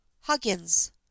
Huggins